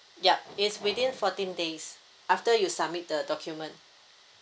yup is within fourteen days after you submit the document